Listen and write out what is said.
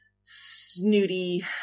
snooty